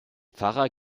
pfarrer